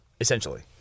essentially